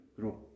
grow